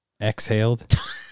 exhaled